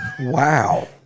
Wow